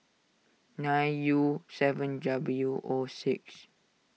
nine U seven W O six